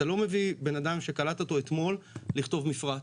אתה לא מביא בן אדם שקלטת אותו אתמול לכתוב מפרט.